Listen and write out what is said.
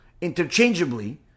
interchangeably